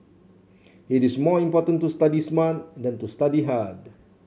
it is more important to study smart than to study hard